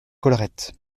collerette